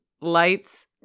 lights